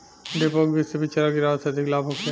डेपोक विधि से बिचरा गिरावे से अधिक लाभ होखे?